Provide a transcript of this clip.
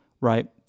right